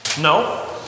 No